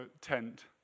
tent